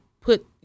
put